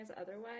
otherwise